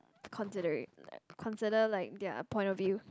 consider it like consider like their point of view